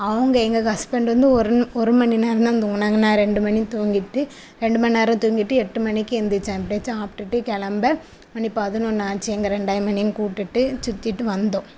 அவங்க எங்கள் ஹஸ்பண்டு வந்து ஒரு ஒரு மணி நேரம் தான் தூங்கினாங்க நான் ரெண்டு மணி தூங்கிட்டு ரெண்டு மணி நேரோம் தூங்கிட்டு எட்டு மணிக்கு எந்திரிச்சேன் அப்படியே சாப்பிட்டுட்டு கிளம்ப மணி பதினொன்று ஆச்சு எங்கள் ரெண்டாவது மதினியையும் கூப்டுகிட்டு சுற்றிட்டு வந்தோம்